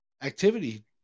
activity